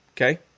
Okay